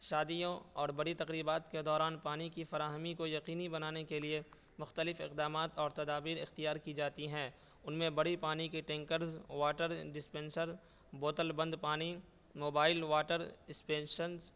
شادیوں اور بڑی تقریبات کے دوران پانی کی فراہمی کو یقینی بنانے کے لیے مختلف اقدامات اور تدابیر اختیار کی جاتی ہیں ان میں بڑی پانی کی ٹینکرز واٹر ڈسپینسر بوتل بند پانی موبائل واٹر اسپینشرز